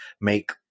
make